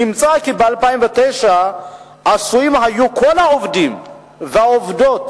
נמצא כי ב-2009 עשויים היו כל העובדים והעובדות